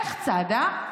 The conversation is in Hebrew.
איך צדה?